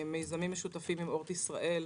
מיזמים משותפים עם אורט ישראל,